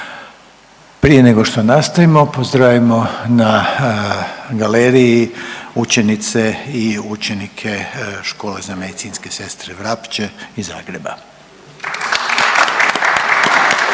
Prije nego što nastavimo pozdravimo na galeriji učenice i učenike Škole za medicinske sestre Vrapče iz Zagreba.